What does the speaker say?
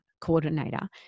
coordinator